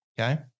okay